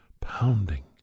Pounding